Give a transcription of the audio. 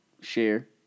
share